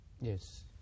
Yes